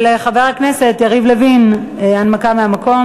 של חבר הכנסת יריב לוין, הנמקה מהמקום.